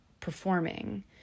performing